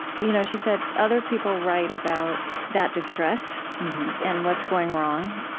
you know she said, other people write about that distress and what's going wrong.